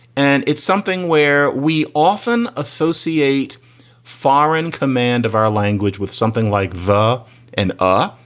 and it's something where we often associate foreign command of our language with something like the and r,